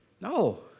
No